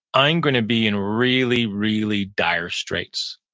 i'm going to be in really really dire straits.